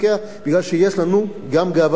בגלל שיש לנו גם גאווה לאומית.